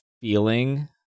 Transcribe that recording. feeling